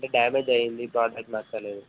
అంటే డ్యామేజ్ అయింది ప్రోడక్ట్ నచ్చలేదు